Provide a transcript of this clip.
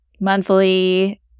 monthly